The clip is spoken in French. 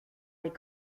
les